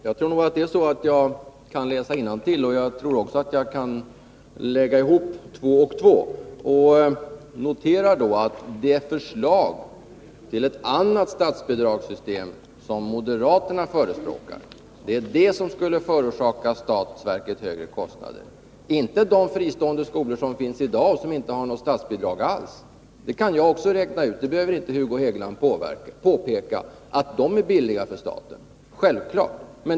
Herr talman! Jag tror att det är så att jag kan läsa innantill, och jag tror också att jag kan lägga ihop två och två. Jag noterar att det är det förslag till ett annat statsbidragssystem som moderaterna förespråkar som skulle förorsaka statsverket högre kostnader — inte de fristående skolor som finns i dag och som inte har något statsbidrag alls. Det kan jag också räkna ut. Hugo Hegeland behöver inte påpeka att de är billigare för staten — det är självklart.